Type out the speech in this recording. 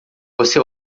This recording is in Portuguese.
você